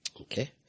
Okay